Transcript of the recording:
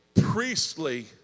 priestly